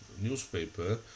newspaper